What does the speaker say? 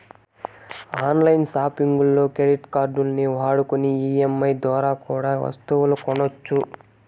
on line సాపింగుల్లో credit కార్డుల్ని వాడుకొని ఈ.ఎం.ఐ దోరా కూడా ఒస్తువులు కొనొచ్చు